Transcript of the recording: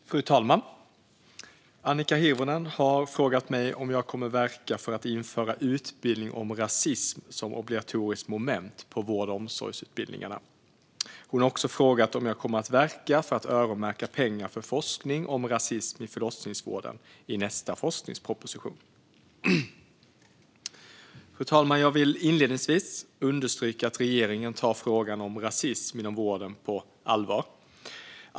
Svar på interpellation Fru talman! Annika Hirvonen har frågat mig om jag kommer att verka för att införa utbildning om rasism som obligatoriskt moment på vård och omsorgsutbildningarna. Hon har också frågat om jag kommer att verka för att öronmärka pengar för forskning om rasism i förlossningsvården i nästa forskningsproposition. Jag vill inledningsvis understryka att regeringen tar frågan om rasism inom vården på allvar.